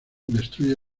destruye